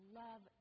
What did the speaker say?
love